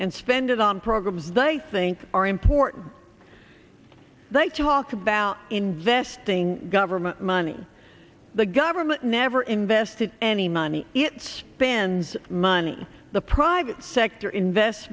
and spend it on programs they think are important they talk about investing government money the government never invested any money it spends money the private sector invest